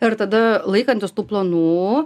ir tada laikantis tų planų